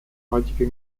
heutigen